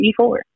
E4